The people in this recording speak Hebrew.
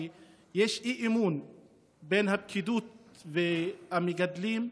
ויש אי-אמון בין הפקידות והמגדלים,